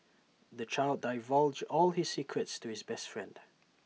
the child divulged all his secrets to his best friend